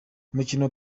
umukino